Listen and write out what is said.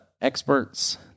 experts